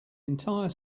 entire